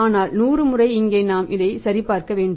ஆனால் 100 முறை நாம் இங்கே இதை சரி பார்க்க வேண்டும்